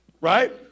Right